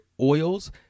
oils